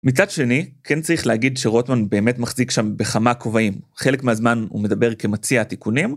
מצד שני, כן צריך להגיד שרוטמן באמת מחזיק שם בכמה כובעים. חלק מהזמן הוא מדבר כמציע התיקונים,